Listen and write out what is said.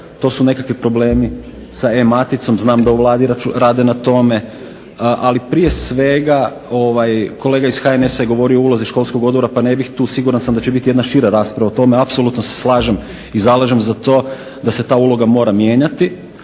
to su nekakvi problemi sa E-maticom. Znam da u Vladi rade na tome, ali prije svega kolega iz HNS-a je govorio o ulozi školskog odbora pa ne bih tu, siguran sam da će biti jedna šira rasprava o tome. Apsolutno se slažem i zalažem za to da se ta uloga mora mijenjati,